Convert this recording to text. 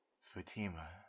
Fatima